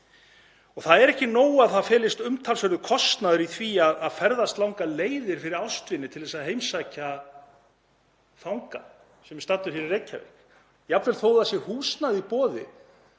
Það er ekki nóg að það felist umtalsverður kostnaður í því að ferðast langar leiðir fyrir ástvini til að heimsækja fanga sem er staddur hér í Reykjavík, jafnvel þó að það sé húsnæði í boði.